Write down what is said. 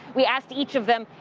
we asked each of them,